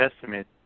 testament